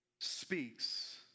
speaks